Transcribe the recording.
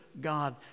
God